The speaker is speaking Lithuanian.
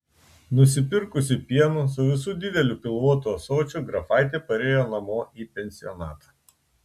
nusipirkusi pieno su visu dideliu pilvotu ąsočiu grafaitė parėjo namo į pensionatą